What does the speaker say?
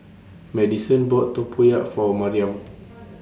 Maddison bought Tempoyak For Mariam